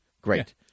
Great